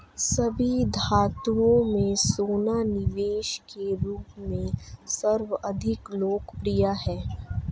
सभी धातुओं में सोना निवेश के रूप में सर्वाधिक लोकप्रिय है